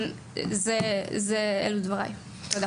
תודה.